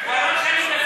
הוא אמר שאני גזען?